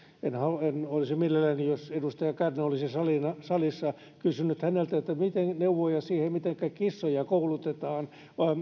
olisin mielelläni jos edustaja kärnä olisi salissa salissa kysynyt häneltä neuvoja siihen mitenkä kissoja koulutetaan